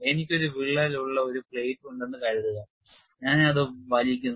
എനിക്ക് ഒരു വിള്ളൽ ഉള്ള ഒരു പ്ലേറ്റ് ഉണ്ടെന്ന് കരുതുക ഞാൻ അത് വലിക്കുന്നു